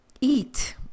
eat